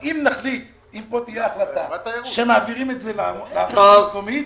אם כאן תהיה החלטה שמעבירים את זה לרשות המקומית,